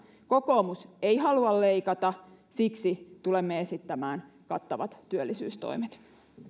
kokoomus ei halua leikata siksi tulemme esittämään kattavat työllisyystoimet